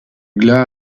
glas